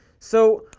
so.